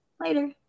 Later